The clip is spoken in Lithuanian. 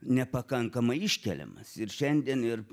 nepakankamai iškeliamas ir šiandien ir